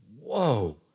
whoa